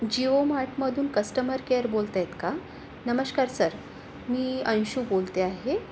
जिओ मार्टमधून customer care बोलत आहेत का नमस्कार सर मी अंशू बोलते आहे